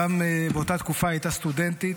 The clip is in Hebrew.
באותה תקופה היא הייתה סטודנטית,